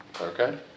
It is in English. okay